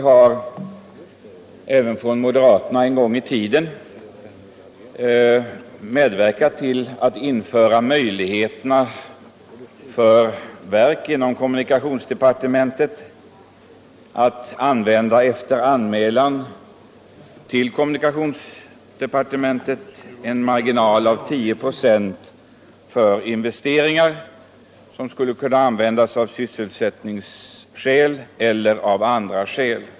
Herr talman! Även moderaterna har en gång i tiden medverkat till att införa möjligheterna för verk inom kommunikationsdepartementet att, efter anmälan till kommunikationsdepartementet, använda en marginal om 10 96 för investeringar av exempelvis sysselsättningsskäl.